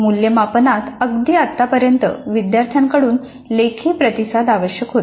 मूल्यमापनात अगदी आत्तापर्यंत विद्यार्थ्यांकडून लेखी प्रतिसाद आवश्यक होता